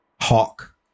hawk